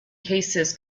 cases